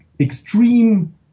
Extreme